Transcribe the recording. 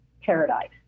paradise